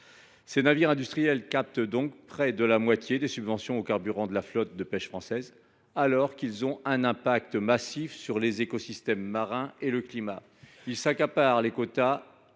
Ces navires industriels captent donc près de la moitié des subventions au carburant de la flotte de pêche française, alors qu’ils ont un impact massif sur les écosystèmes marins et le climat. Ils accaparent les quotas